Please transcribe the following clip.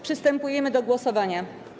Przystępujemy do głosowania.